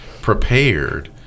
prepared